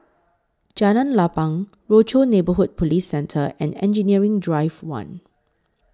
Jalan Lapang Rochor Neighborhood Police Centre and Engineering Drive one